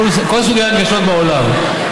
כל סוגי ההנגשות בעולם,